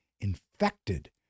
infected